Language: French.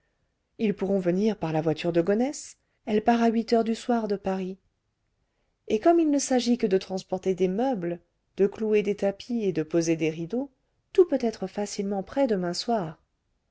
ils pourront venir par la voiture de gonesse elle part à huit heures du soir de paris et comme il ne s'agit que de transporter des meubles de clouer des tapis et de poser des rideaux tout peut être facilement prêt demain soir